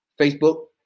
Facebook